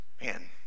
Man